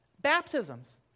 Baptisms